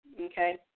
okay